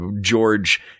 George